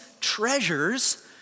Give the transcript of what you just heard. treasures